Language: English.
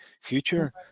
future